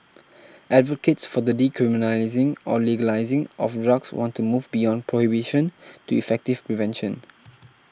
advocates for the decriminalising or legalising of drugs want to move beyond prohibition to effective prevention